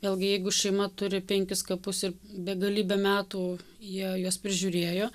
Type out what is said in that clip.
vėlgi jeigu šeima turi penkis kapus ir begalybę metų jie juos prižiūrėjo